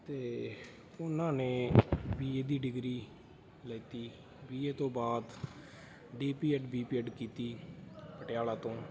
ਅਤੇ ਉਹਨਾਂ ਨੇ ਬੀ ਏ ਦੀ ਡਿਗਰੀ ਲਿੱਤੀ ਬੀ ਏ ਤੋਂ ਬਾਅਦ D P Ed B P Ed ਕੀਤੀ ਪਟਿਆਲਾ ਤੋਂ